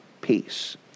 peace